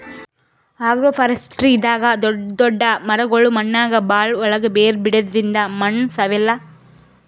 ಅಗ್ರೋಫಾರೆಸ್ಟ್ರಿದಾಗ್ ದೊಡ್ಡ್ ದೊಡ್ಡ್ ಮರಗೊಳ್ ಮಣ್ಣಾಗ್ ಭಾಳ್ ಒಳ್ಗ್ ಬೇರ್ ಬಿಡದ್ರಿಂದ್ ಮಣ್ಣ್ ಸವೆಲ್ಲಾ